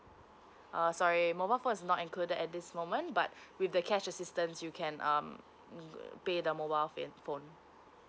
uh sorry mobile phone is not included at this moment but with the catch assistance you can um mm like pay the mobile phone